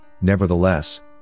nevertheless